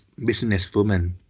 businesswoman